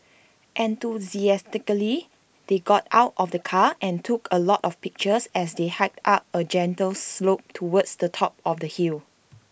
enthusiastically they got out of the car and took A lot of pictures as they hiked up A gentle slope towards the top of the hill